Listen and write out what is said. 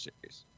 Series